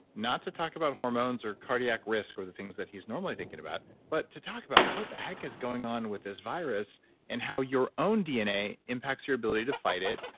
not to talk about hormones or cardiac risk or the things that he's normally thinking about, but to talk about what the heck is going on with this virus and how your own dna impacts your ability to fight it,